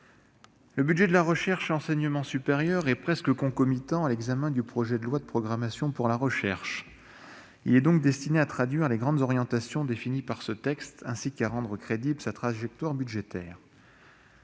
le budget de la recherche et de l'enseignement supérieur est presque concomitant à l'examen du projet de loi de programmation de la recherche. Il est donc destiné à traduire les grandes orientations définies par ce texte, ainsi qu'à rendre crédible sa trajectoire budgétaire.